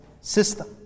system